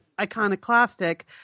iconoclastic